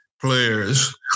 players